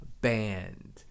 band